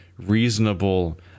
reasonable